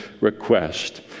request